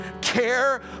Care